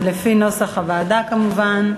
לפי נוסח הוועדה, כמובן.